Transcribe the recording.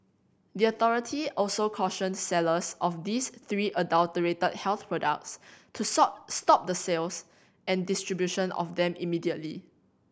the authority also cautioned sellers of these three adulterated health products to stop stop the sales and distribution of them immediately